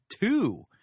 two